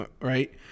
right